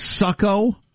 sucko